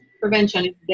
prevention